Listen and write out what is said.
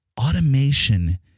Automation